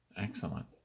Excellent